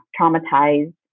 traumatized